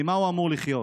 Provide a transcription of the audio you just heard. ממה הוא אמור לחיות?